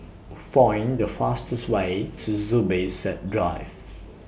Find The fastest Way to Zubir Said Drive